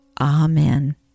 Amen